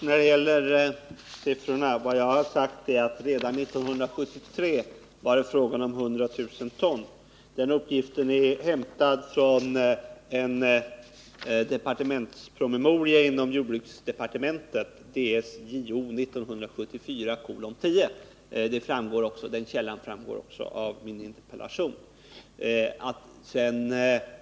Herr talman! Först när det gäller siffrorna: Redan 1973 var det fråga om 100 000 ton. Den uppgiften är hämtad från en departementspromemoria inom jordbruksdepartementet, Ds Jo 1974:10. Den källan framgår också av min interpellation.